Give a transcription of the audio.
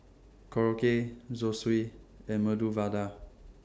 Korokke Zosui and Medu Vada